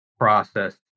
process